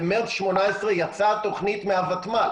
במרץ 2018 יצאה התוכנית מהותמ"ל